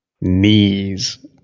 Knees